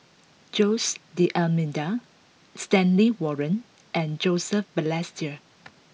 Jose D'almeida Stanley Warren and Joseph Balestier